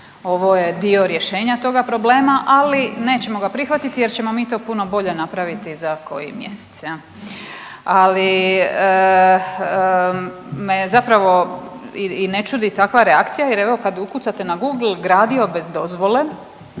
ovo je dio rješenja toga problema, ali nećemo ga prihvatiti jer ćemo mi to puno bolje napraviti za koji mjesec, je li? Ali me zapravo i ne čudi takva reakcija jer, evo, kad ukucate na Google gradio bez dozvole,